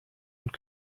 und